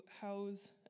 house